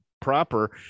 proper